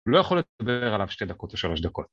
לא יכול לדבר עליו שתי דקות או שלוש דקות.